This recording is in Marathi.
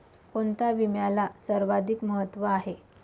कोणता विम्याला सर्वाधिक महत्व आहे?